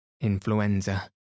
Influenza